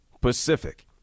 Pacific